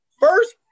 First